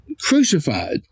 crucified